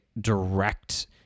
direct